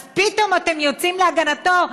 אז פתאום אתם יוצאים להגנתו?